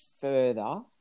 further